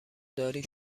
داری